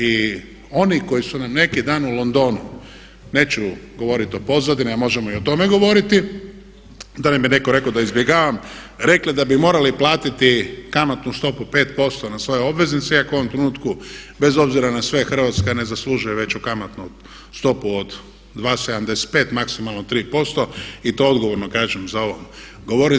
I oni koji su nam neki dan u Londonu, neću govorit o pozadini, a možemo i o tome govoriti, da nam je netko rekao da izbjegavam, rekli da bi morali platiti kamatnu stopu 5% na svoje obveznice iako u ovom trenutku bez obzira na sve Hrvatska ne zaslužuje veću kamatnu stopu od 2,75 maksimalno 3% i to odgovorno kažem za ovom govornicom.